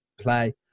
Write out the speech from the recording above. play